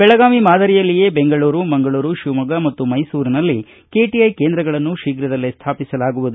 ಬೆಳಗಾವಿ ಮಾದರಿಯಲ್ಲಿಯೇ ಬೆಂಗಳೂರು ಮಂಗಳೂರು ಶಿವಮೊಗ್ಗ ಮತು ಮೈಸೂರಿನಲ್ಲಿ ಕೆಟಿಐ ಕೇಂದ್ರಗಳನ್ನು ಶೀಘದಲ್ಲೇ ಸ್ಥಾಪಿಸಲಾಗುವುದು